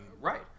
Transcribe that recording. Right